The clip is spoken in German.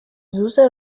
süße